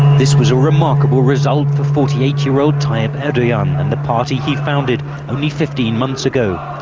this was a remarkable result for forty eight year old tayyip erdogan the party he founded only fifteen months ago.